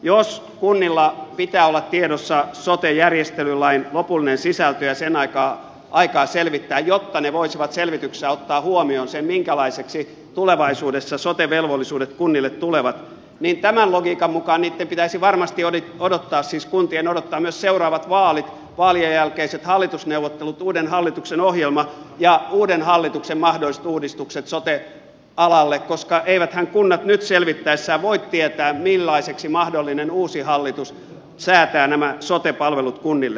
jos kunnilla pitää olla tiedossa sote järjestelylain lopullinen sisältö ja aikaa selvittää jotta ne voisivat selvityksessä ottaa huomioon sen minkälaisiksi tulevaisuudessa sote velvollisuudet kunnille tulevat niin tämän logiikan mukaan kuntien pitäisi varmasti odottaa myös seuraavat vaalit vaalien jälkeiset hallitusneuvottelut uuden hallituksen ohjelma ja uuden hallituksen mahdolliset uudistukset sote alalle koska eiväthän kunnat nyt selvittäessään voi tietää millaisiksi mahdollinen uusi hallitus säätää nämä sote palvelut kunnille